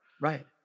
Right